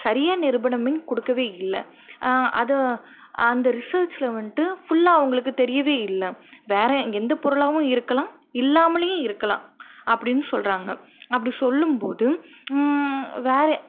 சரியாக நிருபணம் மீன் கொடுக்கவே இல்லை அதை அந்த ரிசர்ச்ல வந்துட்டு ஃபுல்லா அவங்களுக்கு தெரியவே இல்லை வேற எந்த பொருளாகவும் இருக்கலாம் இல்லாமலயும் இருக்கலாம் அப்படின்னு சொல்கிறாங்க அப்படி சொல்லும்போது வேற